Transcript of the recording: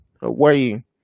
away